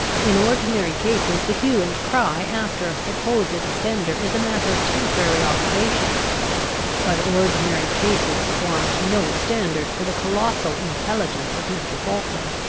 in ordinary cases the hue and cry after a supposed offender is a matter of temporary operation but ordinary cases formed no standard for the colossal intelligence of mr. falkland.